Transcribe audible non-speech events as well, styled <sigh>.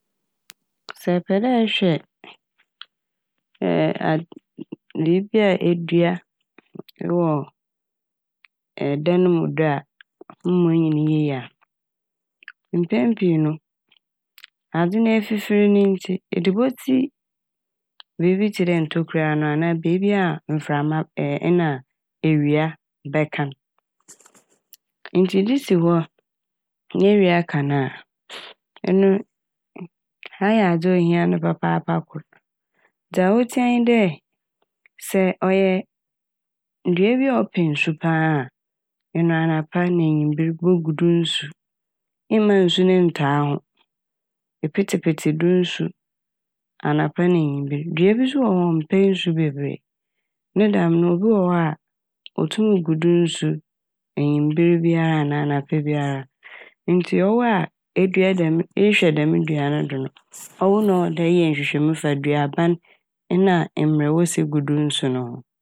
Sɛ ɛpɛ dɛ ɛhwɛ <hesitation> - ad- biibi a edua ewɔ ɛdan mu do a mma oyin yie a. Mpɛn pii no adze no efifir ne ntsi edze besi beebi tse dɛ ntokura ano anaa beebi a mframa <hesitation> nna ewia bɛka n'. Ntsi edze si hɔ na ewia ka no a ɛno ayɛ adze a ohia no papaapa kor. Dza otsia nye dɛ sɛ ɔyɛ dua bi a ɔpɛ nsu paa a eno anapa na ewimber bogu do nsu. Mma nsu no ntaa ho, epetsepetse do nsu anapa na ewimber. Dua bi so wɔ hɔ a ɔmmpɛ nsu bebree ne dɛm no obi wɔ hɔ a otum gu do nsu ewimber biara anaa anapa biara. Ntsi ɔwo a edua dɛm- ehwɛ dɛm dua no do no ɔwo na ɔwɔ dɛ eyɛ nhwehwɛmu fa duaba n' nna mbrɛ wosi gu do nsu no.